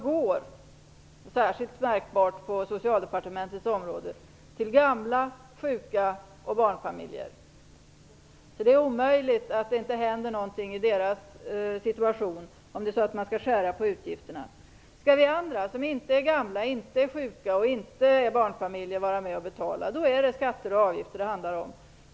Det är särskilt märkbart på Socialdepartementets område. Det är omöjligt att det inte kommer att hända någonting i deras situation om man skall skära på utgifterna. Skall vi andra som inte är gamla, sjuka och inte är barnfamiljer vara med och betala är det skatter och avgifter det handlar om.